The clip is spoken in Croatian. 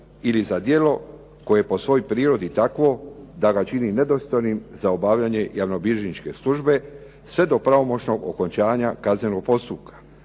ili za djelo koje je po svojoj prirodi takvo da ga čini nedostojnim za obavljanje javnobilježničke službe sve do pravomoćnog okončanja kaznenog postupka